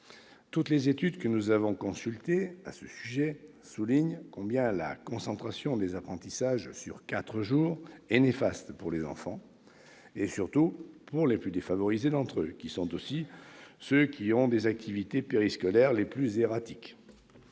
Toutes les études que nous avons consultées à ce sujet soulignent combien la concentration des apprentissages sur quatre jours est néfaste pour les enfants, surtout pour les plus défavorisés d'entre eux, qui sont aussi ceux dont les activités périscolaires sont le plus erratiques.